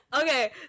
Okay